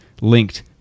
linked